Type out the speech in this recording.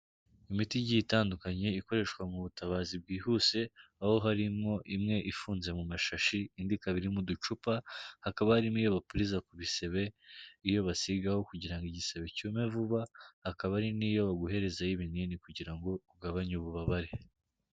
Imiti igiye itandukanye ikoreshwa mu butabazi bwihuse, aho harimo imwe ifunze mu mashashi indi ikaba iri mu ducupa, hakaba harimo iyo bapuriza ku bisebe, iyo basigaho kugira ngo igisebe cyume vuba, hakaba hari n'iyo baguhereza y'ibinini kugira ngo ugabanye ububabare.